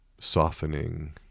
softening